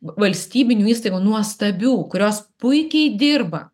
valstybinių įstaigų nuostabių kurios puikiai dirba